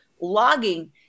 logging